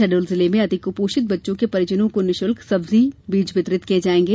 शहडोल जिले में अति कुपोषित बच्चों के परिजनों को निःशुल्क सब्जी बीज वितरित किये जाएगे